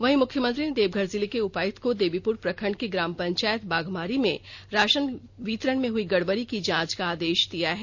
वहीं मुख्यमंत्री ने देवघर जिले के उपायुक्त को देवीपुर प्रखंड के ग्राम पंचायत बाघमारी में राषन वितरण में हई गड़बड़ी की जांच का आदेष दिया है